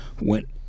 went